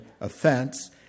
offense